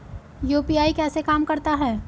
UPI कैसे काम करता है?